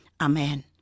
Amen